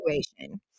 situation